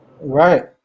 Right